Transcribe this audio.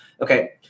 Okay